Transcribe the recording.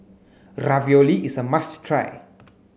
Ravioli is a must try